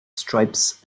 stripes